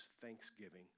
thanksgiving